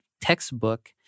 textbook